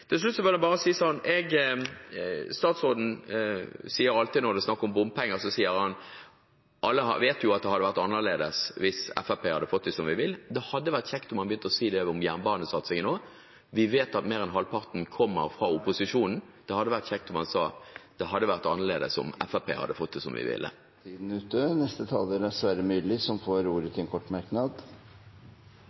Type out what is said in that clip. Til slutt: Statsråden sier alltid når det er snakk om bompenger, at alle vet at det hadde vært annerledes hvis Fremskrittspartiet hadde fått det som de ville. Det hadde vært kjekt om han begynte å si det om jernbanesatsingen også. Vi vet at mer enn halvparten kommer fra opposisjonen. Det hadde vært kjekt om han sa: Det hadde vært annerledes om Fremskrittspartiet hadde fått det som de ville. Representanten Sverre Myrli har hatt ordet to ganger tidligere og får ordet til en kort merknad,